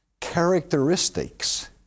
characteristics